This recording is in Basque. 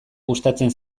gustatzen